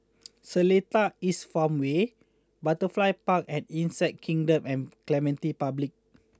Seletar East Farmway Butterfly Park and Insect Kingdom and Clementi Public